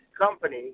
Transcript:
company